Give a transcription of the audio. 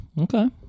Okay